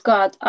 God